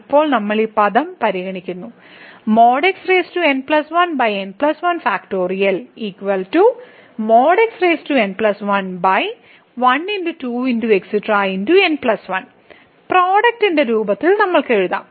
ഇപ്പോൾ നമ്മൾ ഈ പദം പരിഗണിക്കുന്നു പ്രോഡക്റ്റിന്റെ രൂപത്തിൽ നമുക്ക് എഴുതാം